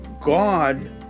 God